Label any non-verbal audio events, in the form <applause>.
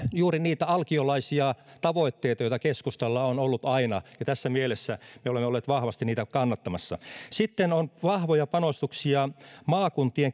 juuri niitä alkiolaisia tavoitteita joita keskustalla on ollut aina ja tässä mielessä <unintelligible> <unintelligible> <unintelligible> <unintelligible> <unintelligible> <unintelligible> <unintelligible> me olemme olleet vahvasti niitä kannattamassa sitten on vahvoja panostuksia maakuntien <unintelligible>